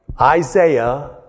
Isaiah